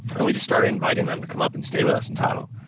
and, we just started inviting them to come up and stay with us in tahoe.